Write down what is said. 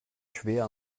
schwer